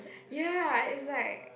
ya it's like